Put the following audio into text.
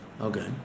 Okay